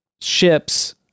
ships